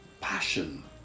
passion